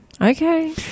Okay